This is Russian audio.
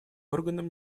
органам